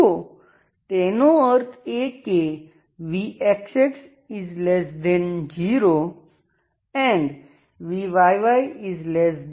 તો તેનો અર્થ એ કે vxx0 vyy0